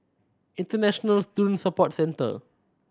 International Student Support Centre